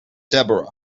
deborah